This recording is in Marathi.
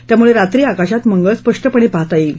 त्यामुळे रात्री आकाशात मंगळ स्पष्टपणे पाहता येईल